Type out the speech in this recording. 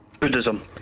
Buddhism